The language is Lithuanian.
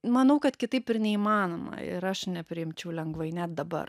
manau kad kitaip ir neįmanoma ir aš nepriimčiau lengvai net dabar